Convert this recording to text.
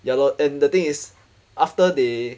ya lor and the thing is after they